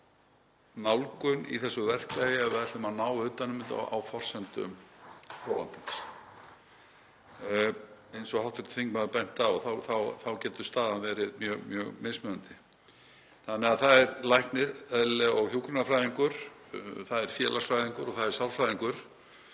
nálgun í þessu verklagi ef við ætlum að ná utan um þetta á forsendum þolandans. Eins og hv. þingmaður benti á getur staðan verið mjög mismunandi. Það er læknir, eðlilega, og hjúkrunarfræðingur, það er félagsfræðingur og það er sálfræðingur